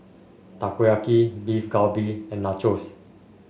Takoyaki Beef Galbi and Nachos